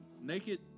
naked